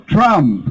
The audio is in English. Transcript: Trump